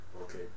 Okay